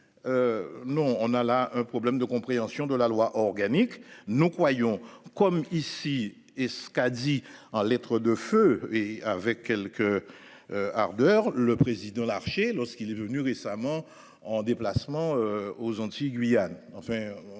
Non, on a là un problème de compréhension de la loi organique. Nous croyons comme ici et ce qu'a dit en lettres de feu et avec quelques. Ardeurs le président Larché lorsqu'il est venu récemment en déplacement aux Antilles Guyane en